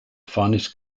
finest